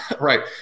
right